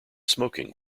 smoking